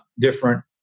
different